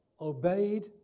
obeyed